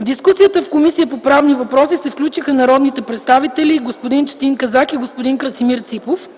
В дискусията в Комисията по правни въпроси се включиха народните представители – господин Четин Казак и господин Красимир Ципов.